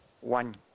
One